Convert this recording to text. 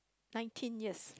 nineteen years